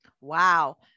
Wow